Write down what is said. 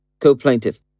co-plaintiff